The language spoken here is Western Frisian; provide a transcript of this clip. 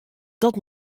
dat